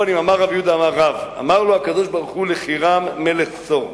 על כל פנים: "אמר ר' יהודה אמר רב: אמר לו הקב"ה לחירם מלך צור: